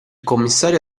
commissario